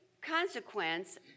consequence